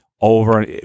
over